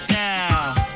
now